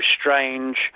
strange